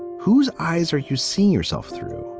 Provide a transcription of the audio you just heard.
whose eyes are you seeing yourself through?